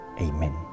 Amen